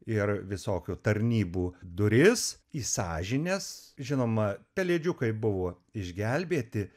ir visokių tarnybų duris į sąžines žinoma pelėdžiukai buvo išgelbėti